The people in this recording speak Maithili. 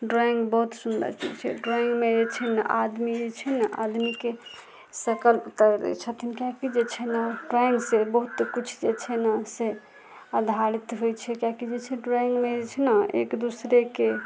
ड्रॉइंग बहुत सुन्दर चीज छै ड्रॉइंगमे जे छै ने आदमी जे छै ने आदमीके सकल उतर दै छथिन किएकि जे छै ने ड्रॉइंग से बहुत कुछ जे छै ने से आधारित होइ छै किएकि जे छै ड्रॉइंगमे जे छै ने एक दोसरके